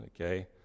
okay